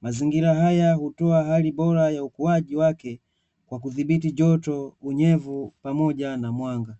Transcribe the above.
Mazingira haya hutoa hali bora ya ukuaji wake kwa kudhibiti joto, unyevu, pamoja na mwanga.